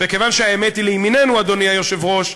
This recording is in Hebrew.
וכיוון שהאמת היא לימיננו, אדוני היושב-ראש,